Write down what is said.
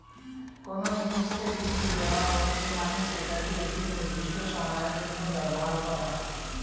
কোনো জিনিসকে লীজ দেওয়া হচ্ছে মানে সেটাকে একটি নির্দিষ্ট সময়ের জন্য ব্যবহার করা